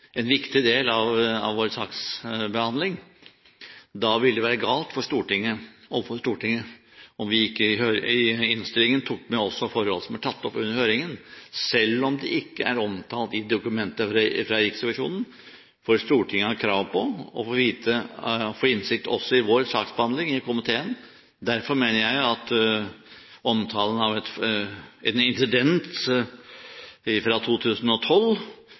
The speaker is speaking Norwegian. en viktig del av vår saksbehandling. Da vil det være galt overfor Stortinget om vi ikke i innstillingen også tok med forhold som er tatt opp under høringen, selv om det ikke er omtalt i dokumentet fra Riksrevisjonen, for Stortinget har krav på å få innsikt også i vår saksbehandling i komiteen. Derfor mener jeg at omtalen av en insident fra 2012, som var tatt opp under høringen, hører hjemme i innstillingen, selv om rapporten fra